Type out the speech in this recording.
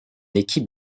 équipe